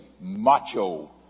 macho